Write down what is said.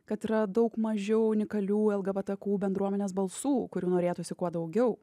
kad yra daug mažiau unikalių lgbtq bendruomenės balsų kurių norėtųsi kuo daugiau